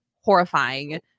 horrifying